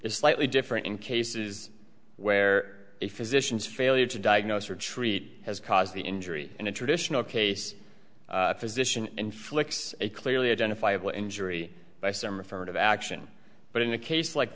is slightly different in cases where a physician's failure to diagnose or treat has caused the injury in a traditional case the physician inflicts a clearly identifiable injury by some referred of action but in a case like